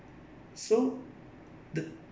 so the